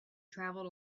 traveled